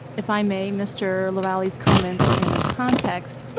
if i may, mr. lavalley's comments in a context.